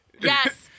Yes